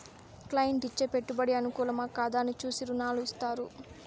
client ఇచ్చే పెట్టుబడి అనుకూలమా, కాదా అని చూసి రుణాలు ఇత్తారు